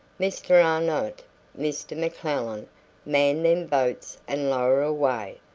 mr. arnott mr. mcclellan man them boats and lower away.